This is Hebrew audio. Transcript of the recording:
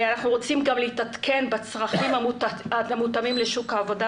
אנחנו רוצים להתעדכן בצרכים המותאמים לשוק העבודה